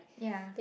ya